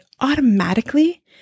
automatically